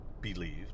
believed